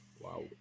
Wow